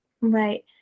Right